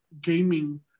gaming